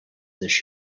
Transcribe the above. this